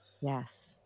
Yes